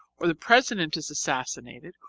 or the president is assassinated,